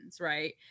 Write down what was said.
right